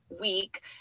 week